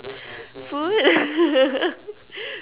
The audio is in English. food